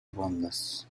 rondas